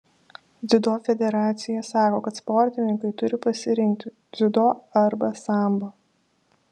dziudo federacija sako kad sportininkai turi pasirinkti dziudo arba sambo